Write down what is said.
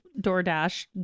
DoorDash